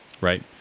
right